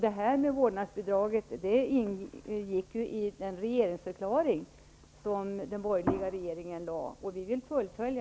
Det här med vårdnadsbidrag ingick ju i den borgerliga regeringens regeringsförklaring, och det vill vi fullfölja.